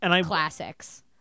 classics